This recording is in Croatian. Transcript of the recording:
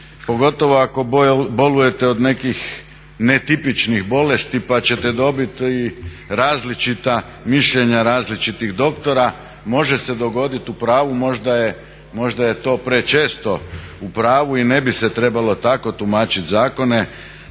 pogotovo ako bolujete od nekih netipičnih bolesti pa ćete dobiti različita mišljenja različitih doktora. Može se dogodit u pravu možda je to prečesto u pravu i ne bi se trebalo tako tumačit zakone,